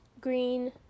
green